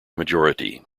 majority